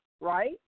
right